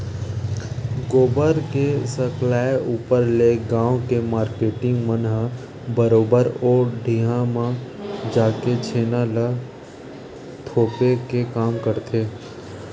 गोबर के सकलाय ऊपर ले गाँव के मारकेटिंग मन ह बरोबर ओ ढिहाँ म जाके छेना ल थोपे के काम करथे